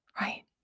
Right